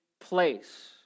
place